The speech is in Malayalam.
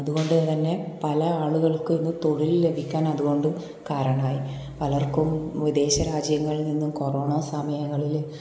അതുകൊണ്ടുതന്നെ പല ആളുകൾക്ക് ഇന്ന് തൊഴിൽ ലഭിക്കാൻ അതുകൊണ്ട് കാരണമായി പലർക്കും വിദേശരാജ്യങ്ങളിൽ നിന്നും കൊറോണ സമയങ്ങളിൽ